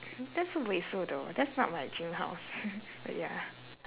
that's wasteful though that's not my dream house but ya